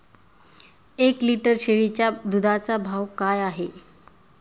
एक लिटर शेळीच्या दुधाचा भाव काय आहे?